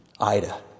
Ida